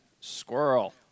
Squirrel